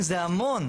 זה המון.